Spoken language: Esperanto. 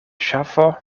ŝafo